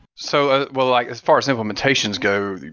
so well, like as far as implementations go,